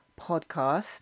podcast